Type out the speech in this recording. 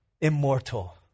immortal